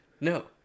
No